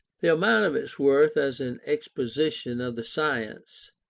the amount of its worth as an exposition of the science,